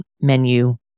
menu